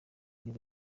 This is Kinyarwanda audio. nibwo